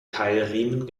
keilriemen